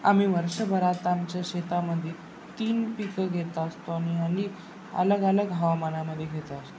आम्ही वर्षभरात आमच्या शेतामध्ये तीन पिकं घेत असतो आणि आणि अलग अलग हवामानामध्ये घेत असतो